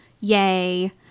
Yay